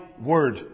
word